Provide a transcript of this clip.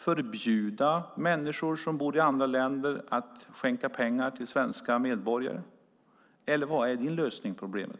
Förbjuda människor som bor i andra länder att skänka pengar till svenska medborgare? Vilken är din lösning på problemet?